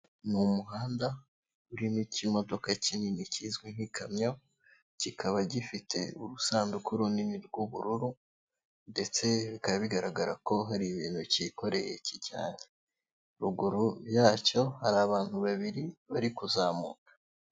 Ni umuhanda urimo ikimodoka kinini kizwi nk'ikamyo kikaba gifite urusanduku runini rw'ubururu ndetse bikaba bigaragara ko hari ibintu cyikoreye kijyanye, ruguru yacyo hari abantu babiri bari kuzamuka.